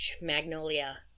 Magnolia